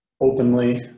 openly